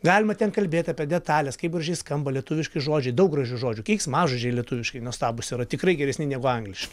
galima ten kalbėt apie detales kaip gražiai skamba lietuviški žodžiai daug gražių žodžių keiksmažodžiai lietuviški nuostabūs yra tikrai geresni negu angliški